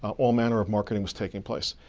all manner of marketing was taking place.